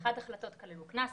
71 החלטות כללו קנס.